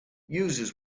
users